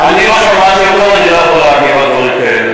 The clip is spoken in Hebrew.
אני לא שמעתי אותו ואני לא יכול להגיב על דברים כאלה.